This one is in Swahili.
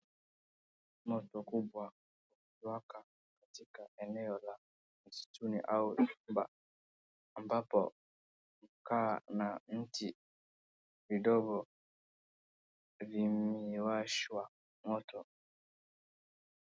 Moto kubwa iliwaka katika eneo la msituni au shamba ambapo kukawa na miti midogo iliowashwa moto.